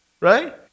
right